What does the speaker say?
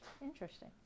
interesting